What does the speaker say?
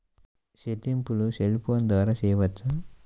చెల్లింపులు cell phone ద్వారా చేయవచ్చా?